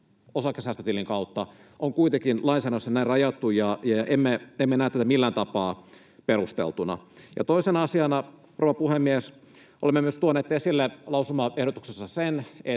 osakesäästötilin kautta on lainsäädännössä näin rajattu. Emme näe tätä millään tapaa perusteltuna. Toisena asiana, rouva puhemies: Olemme myös tuoneet esille lausumaehdotuksessa sen,